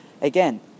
Again